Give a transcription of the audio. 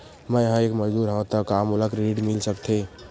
मैं ह एक मजदूर हंव त का मोला क्रेडिट मिल सकथे?